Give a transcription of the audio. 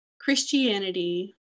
Christianity